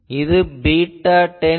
இது β10 வகுத்தல் k η